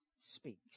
speaks